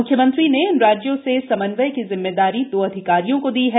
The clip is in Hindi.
म्ख्यमंत्री ने इन राज्यों से समन्वय की जिम्मेदारी दो अधिकारियों को दी है